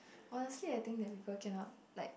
honestly I think that people cannot like